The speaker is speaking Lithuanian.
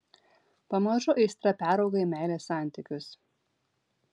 pamažu aistra perauga į meilės santykius